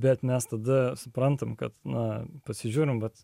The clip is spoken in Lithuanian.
bet mes tada suprantame kad na pasižiūrime vat